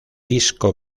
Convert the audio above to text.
disco